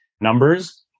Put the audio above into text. numbers